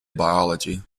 biology